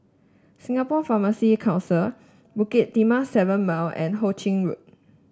Singapore Pharmacy Council Bukit Timah Seven Mile and Ho Ching Road